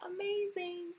amazing